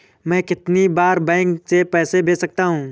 मैं कितनी बार बैंक से पैसे भेज सकता हूँ?